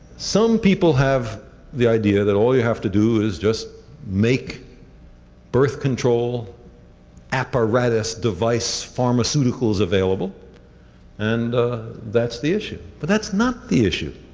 some people have the idea that all you have to do is just make birth-control apparatus, device, pharmaceuticals available and that's the issue. but that's not the issue.